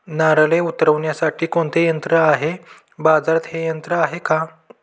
नारळे उतरविण्यासाठी कोणते यंत्र आहे? बाजारात हे यंत्र आहे का?